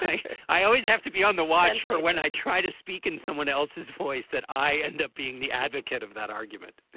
i i always have to be on the watch for when i try to speak in someone else's voice that i end up being the advocate of that argument